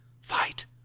fight